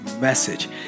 message